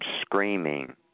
screaming